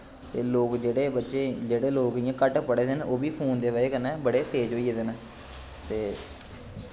ते लोग जेह्ड़े बच्चें गी जेह्ड़े लोग घट्ट फड़े दे न ओह् बी फोन दी बड़ा कन्नै बड़े तेज़ होई गेदे न ते